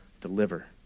deliver